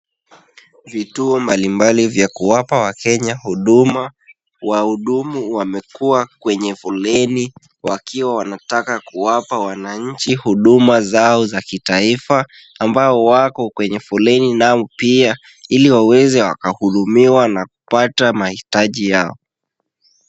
Vituo mbalimbali vya kuwapa wakenya huduma . Wahudumu wamekuwa kwenye foleni wakiwa wanataka kuwapa wananchi huduma zao za kitaifa ambao wako kwenye foleni nao pia ili waweze wakahudumiwa na kupata mahitaji yao.